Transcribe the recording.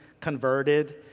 converted